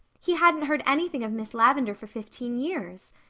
he hadn't heard anything of miss lavendar for fifteen years.